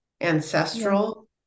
ancestral